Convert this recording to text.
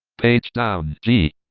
page down, g,